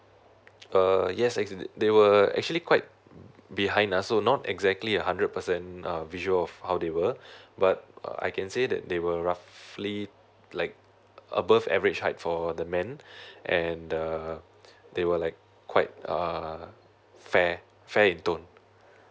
uh yes as in they were actually quite mm behind us so not exactly a hundred percent uh visual of how they were but uh I can say that they were roughly like above average height for the man and the they were like quite a fair fair in tone